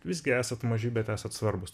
visgi esat maži bet esat svarbūs